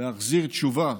להחזיר תשובה